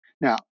now